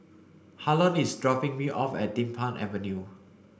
Harlon is dropping me off at Din Pang Avenue